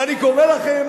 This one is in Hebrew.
ואני קורא לכם,